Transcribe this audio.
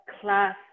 class